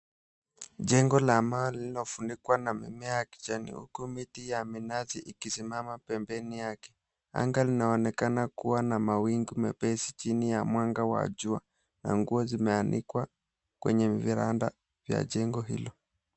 Jengo la mawe lililo funikwa na mimea ya kijani huku miti ya minazi ikisimama pembeni yake. Anga linaonekana kua na mawingu mepesi chini ya mwanga wa jua, na nguo zimeanikwa kwenye veranda ya jengo hilo.